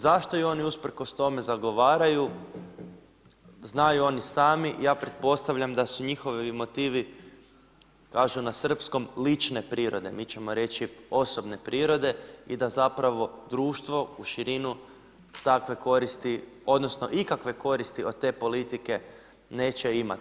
Zašto ju oni usprkos tome zagovaraju znaju oni sami, ja pretpostavljam da su njihovi motivi, kažu na srpskom lične prirode, mi ćemo reći osobne prirode i da zapravo društvo u širinu takve koristi, odnosno ikakve koristi od te politike neće imati.